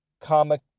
comic